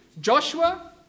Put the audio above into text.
Joshua